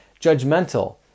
judgmental